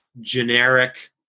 generic